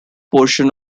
portion